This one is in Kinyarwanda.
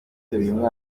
zihimbaza